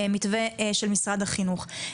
המתווה של משרד החינוך.